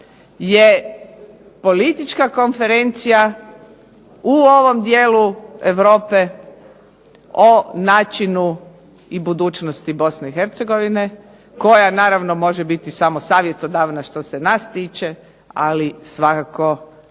je politička konferencija u ovom dijelu Europe o načinu i budućnosti Bosne i Hercegovine koja naravno može biti samo savjetodavna što se nas tiče, ali svakako jeste